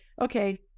okay